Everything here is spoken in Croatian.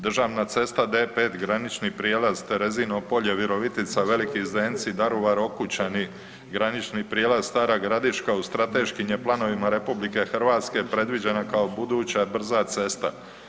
Državna cesta D5, Granični prijelaz Terezino Polje, Virovitica, Veliki Zdenci, Daruvar, Okučani, Granični prijelaz Stara Gradiška u strateškim je planovima RH predviđena kao buduća brza cesta.